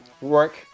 work